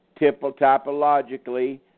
typologically